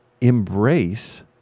embrace